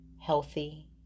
healthy